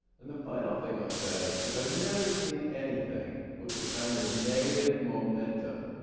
and the final thing i'll say is i've never seen anything with the kind of negative momentum